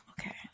okay